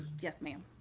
yes, ma'am.